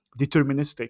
deterministic